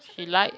she like